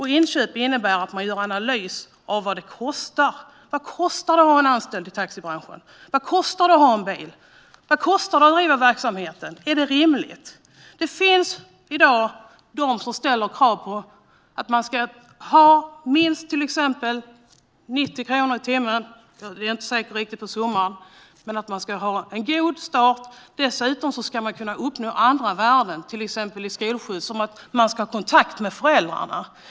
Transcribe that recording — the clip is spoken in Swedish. Det innebär att man gör en analys av vad det kostar. Vad kostar det att ha en anställd i taxibranschen? Vad kostar det att ha en bil? Vad kostar det att driva verksamheten? Är det rimligt? Det finns i dag de som ställer krav på att man till exempel ska ha minst 90 kronor i timmen - jag är inte riktigt säker på summan, men man ska ha en god start. Dessutom ska man kunna uppnå andra värden. När det till exempel gäller skolskjuts kan det handla om att man ska ha kontakt med föräldrarna.